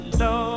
no